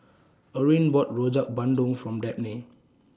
Orene bought Rojak Bandung For Dabney